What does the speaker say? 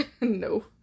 No